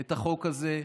את החוק הזה.